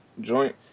joint